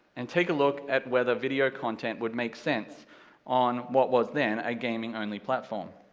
and take a look at whether video content would make sense on, what was then, a gaming only platform.